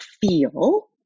feel